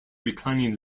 reclining